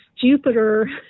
Jupiter